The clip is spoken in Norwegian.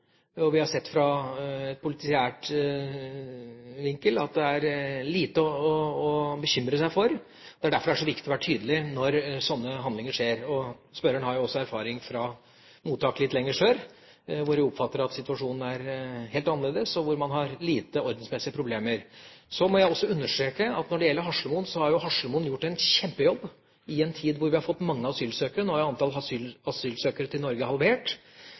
Vi har sett fra politiær vinkel at det er lite å bekymre seg for. Det er derfor det er så viktig å være tydelig når slike handlinger skjer. Spørreren har jo også erfaring fra mottak litt lenger sør, hvor jeg oppfatter at situasjonen er helt annerledes, og hvor man har få ordensmessige problemer. Jeg må også understreke at når det gjelder Haslemoen, har de gjort en kjempejobb i en tid med mange asylsøkere. Nå er antall asylsøkere til Norge halvert,